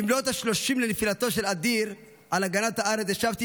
במלאת השלושים לנפילתו של אדיר על הגנת הארץ ישבתי